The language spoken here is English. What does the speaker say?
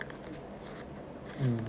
mm